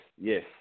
yes